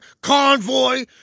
convoy